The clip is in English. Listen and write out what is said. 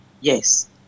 yes